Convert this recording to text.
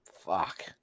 Fuck